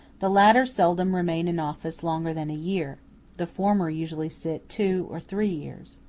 the latter seldom remain in office longer than a year the former usually sit two or three years.